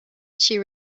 she